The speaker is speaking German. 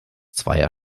zweier